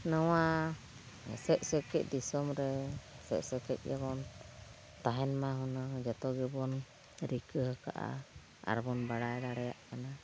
ᱱᱚᱣᱟ ᱦᱮᱥᱮᱡᱼᱥᱮᱠᱮᱡ ᱫᱤᱥᱚᱢ ᱨᱮ ᱦᱮᱥᱮᱡᱼᱥᱮᱠᱮᱡ ᱜᱮᱵᱚᱱ ᱛᱟᱦᱮᱱ ᱢᱟ ᱦᱩᱱᱟᱹᱝ ᱡᱚᱛᱚ ᱜᱮᱵᱚᱱ ᱨᱤᱠᱟᱹ ᱟᱠᱟᱫᱼᱟ ᱟᱨ ᱵᱚᱱ ᱵᱟᱲᱟᱭ ᱫᱟᱲᱮᱭᱟᱜ ᱠᱟᱱᱟ